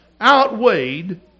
outweighed